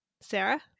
Sarah